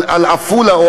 על עפולה,